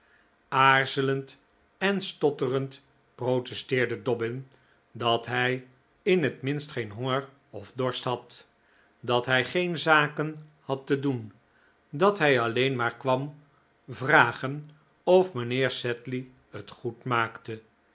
aarzelend en stotterend protesteerde dobbin dat hij in het minst geen honger of dorst had dat hij geen zaken had te doen dat hij alleen maar kwam vragen of mijnheer sedley het goed maakte